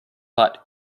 but